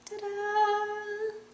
Ta-da